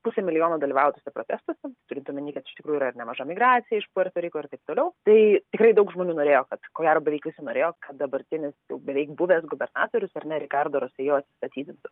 pusė milijono dalyvavo tuose protestuose turint omeny kad iš tikrųjų yra ir nemaža migracija iš puerto riko ir taip toliau tai tikrai daug žmonių norėjo kad ko gero beveik visi norėjo kad dabartinis jau beveik buvęs gubernatorius ar ne rikardo rosijo atsistatydintų